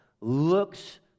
looks